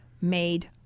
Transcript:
made